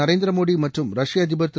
நரேந்திர மோடி மற்றும் ரஷ்ய அதிபர் திரு